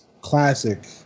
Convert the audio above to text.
classic